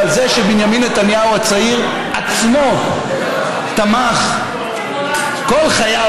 ועל זה שבנימין נתניהו הצעיר עצמו תמך כל חייו,